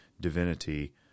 divinity